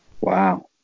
Wow